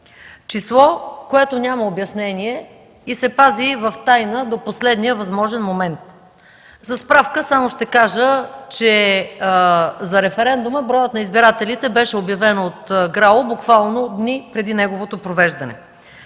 число, което няма обяснение и се пази в тайна до последния възможен момент. За справка само ще кажа, че за референдума броят на избирателите беше обявен от ГРАО буквално дни преди неговото провеждане.